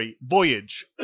voyage